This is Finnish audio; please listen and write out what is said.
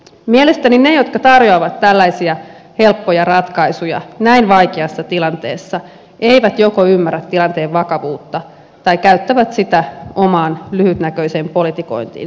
mielestäni ne jotka tarjoavat tällaisia helppoja ratkaisuja näin vaikeassa tilanteessa joko eivät ymmärrä tilanteen vakavuutta tai käyttävät sitä omaan lyhytnäköiseen politikointiinsa